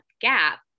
gap